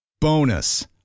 Bonus